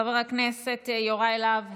חבר הכנסת יוראי להב הרצנו,